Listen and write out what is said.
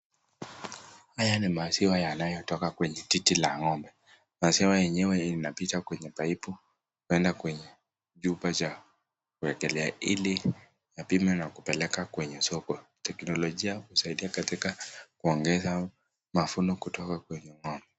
Haya ni maziwa yanayotoka kwenye titi la ng'ombe, maziwa yenyewe inapita kwenye paipu inaenda kwa chupa cha kuwekelea ili yapimwe na kupelekwa kwenye soko. Teknologia imesaidia kuongeza mavuno kutoka kwenye ng'ombe.